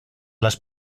las